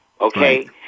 Okay